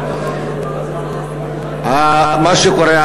מה שקורה,